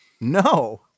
No